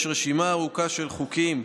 יש רשימה ארוכה של חוקים,